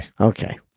Okay